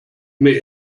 mir